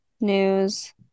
News